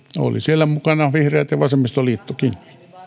oli siellä mukana vihreät ja vasemmistoliittokin